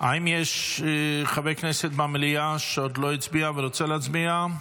האם יש חבר כנסת במליאה שעוד לא הצביע ורוצה להצביע?